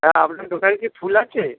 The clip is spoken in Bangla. হ্যাঁ আপনার দোকানে কি ফুল আছে